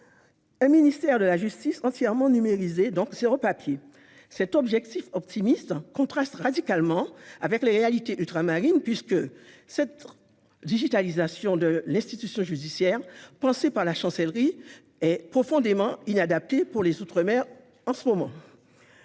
un ministère de la justice entièrement numérisé, donc zéro papier ... Cet objectif optimiste contraste radicalement avec les réalités ultramarines et cette digitalisation de l'institution judiciaire, pensée par la Chancellerie, est aujourd'hui profondément inadaptée pour les outre-mer. Un rapport